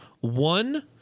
One